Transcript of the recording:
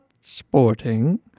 sporting